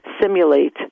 simulate